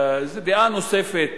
דעה נוספת